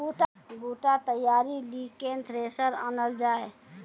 बूटा तैयारी ली केन थ्रेसर आनलऽ जाए?